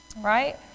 Right